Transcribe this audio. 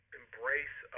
embrace